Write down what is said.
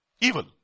Evil